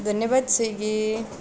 धन्यवाद स्विगी